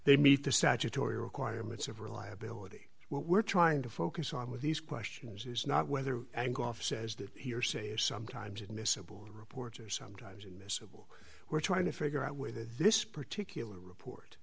they meet the statutory requirements of reliability what we're trying to focus on with these questions is not whether and gough says that hearsay is sometimes admissible reports or sometimes in miscible we're trying to figure out with this particular report